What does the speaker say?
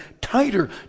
tighter